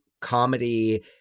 comedy